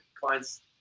clients